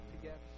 together